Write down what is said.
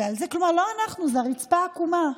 כלומר זה לא אנחנו, זה הרצפה עקומה.